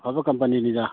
ꯑꯐꯕ ꯀꯝꯄꯅꯤꯅꯤꯗ